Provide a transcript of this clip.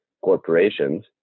corporations